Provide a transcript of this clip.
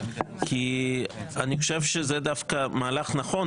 כי אני חושב שזה דווקא מהלך נכון,